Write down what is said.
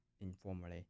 informally